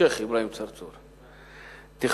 השיח' אברהים צרצור, תודה.